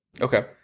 okay